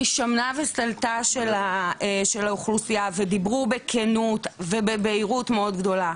משמנה וסלתה של האוכלוסייה ודיברו בכנות ובבהירות מאוד גדולה,